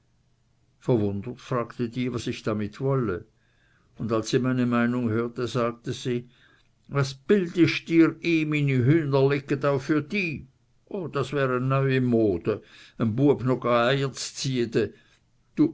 verwundert fragte die was ich damit wolle und als sie meine meinung hörte sagte sie was bildist dir y myni hühner lege o für di ohä das wär e neui mode